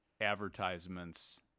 advertisements